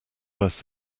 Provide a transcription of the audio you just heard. worth